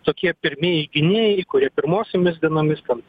tokie pirmieji gynėjai kurie pirmosiomis dienomis ten